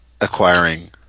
acquiring